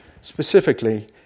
specifically